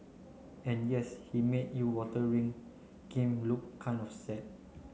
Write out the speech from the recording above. and yes he made your water ring game look kind of sad